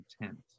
intent